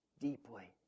deeply